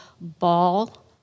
ball